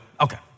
Okay